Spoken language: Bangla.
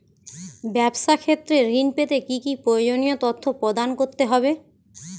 ব্যাবসা ক্ষেত্রে ঋণ পেতে কি কি প্রয়োজনীয় তথ্য প্রদান করতে হবে?